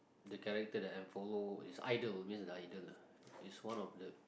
the character that I follow is idol means idol lah is one of the